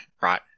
right